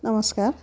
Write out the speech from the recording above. নমস্কাৰ